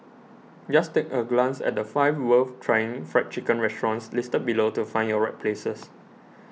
just take a glance at the five worth trying Fried Chicken restaurants listed below to find your right places